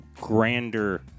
grander